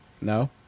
No